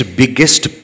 biggest